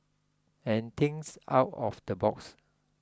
and thinks out of the box